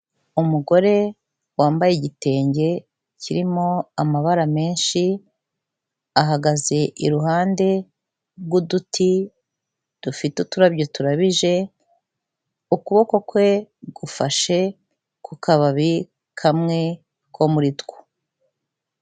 Umugore wambaye igitenge kirimo amabara menshi, ahagaze iruhande rw'uduti dufite uturabyo tukabije, ukuboko kwe gufashe ku kababi kamwe ko muri two.